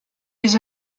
les